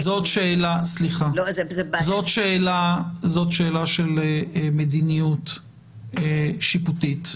סליחה, זאת שאלה של מדיניות שיפוטית,